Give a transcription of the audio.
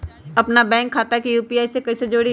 अपना बैंक खाता के यू.पी.आई से कईसे जोड़ी?